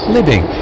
Living